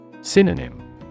Synonym